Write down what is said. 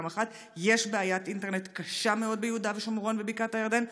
1. יש בעיית אינטרנט קשה מאוד ביהודה ושומרון ובקעת הירדן.